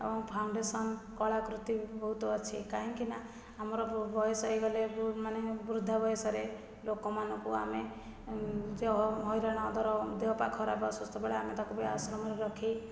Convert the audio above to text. ଏବଂ ଫାଉଣ୍ଡେସନ୍ କଳାକୃତି ବହୁତ ଅଛି କାହିଁକି ନା ଆମର ବୟସ ହେଇଗଲେ ମାନେ ବୃଦ୍ଧା ବୟସରେ ଲୋକମାନଙ୍କୁ ଆମେ ଯେ ହଇରାଣ ଧର ଦେହ ପା ଖରାପ ଅସୁସ୍ଥ ବେଳେ ଆମେ ତାକୁ ବି ଆଶ୍ରମରେ ରଖି